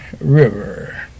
River